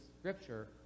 scripture